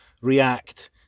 react